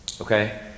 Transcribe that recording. okay